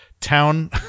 town